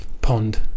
pond